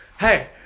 hey